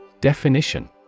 Definition